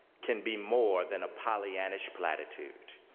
can be more than a pollyannish platitude.